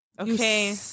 okay